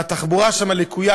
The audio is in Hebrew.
והתחבורה שם לקויה,